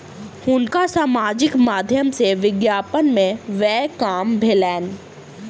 हुनका सामाजिक माध्यम सॅ विज्ञापन में व्यय काम भेलैन